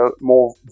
more